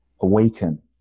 awaken